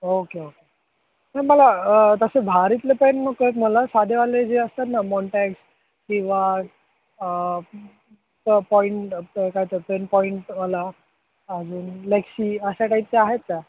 okay okay नाही मला तसे भारीतले पेन नको आहेत मला साधेवाले जे असतात ना मॉन्टॅक्स किंवा पॉईंट काय तर पेनपॉईंटवाला अजून लेक्सी अशा टाईपच्या आहेत का